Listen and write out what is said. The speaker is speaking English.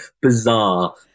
bizarre